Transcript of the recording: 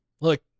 look